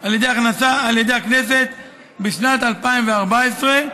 על ידי הכנסת בשנת 2014,